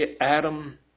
Adam